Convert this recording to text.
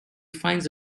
finds